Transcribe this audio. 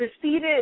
proceeded